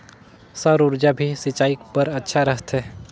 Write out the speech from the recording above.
सौर ऊर्जा भी सिंचाई बर अच्छा रहथे?